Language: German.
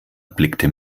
blickte